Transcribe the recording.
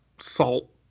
salt